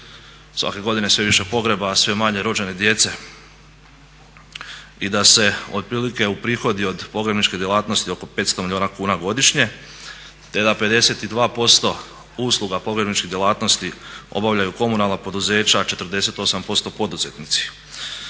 svake godine sve više pogreba a sve manje rođene djece. I da se otprilike uprihodi od pogrebničke djelatnosti oko 500 milijuna kuna godišnje, te da 52% usluga pogrebničkih djelatnosti obavljaju komunalna poduzeća a 48% poduzetnici.